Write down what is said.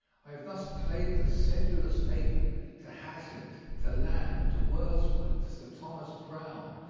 i have thus played the sedulous ape to hazlitt, to lamb, to wordsworth, to sir thomas browne,